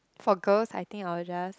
for girls I think I'll just